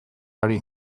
hori